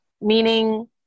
meaning